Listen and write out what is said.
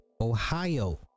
Ohio